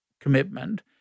commitment